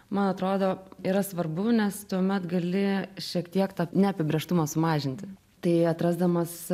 man atrodo yra svarbu nes tuomet gali šiek tiek tą neapibrėžtumą sumažinti tai atrasdamas